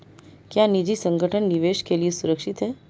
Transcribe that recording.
क्या निजी संगठन निवेश के लिए सुरक्षित हैं?